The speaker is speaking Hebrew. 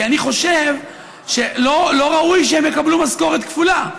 כי אני חושב שלא ראוי שהם יקבלו משכורת כפולה,